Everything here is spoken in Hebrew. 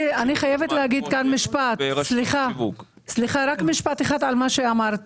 אני חייבת להגיד רק משפט אחד על מה שאמרת.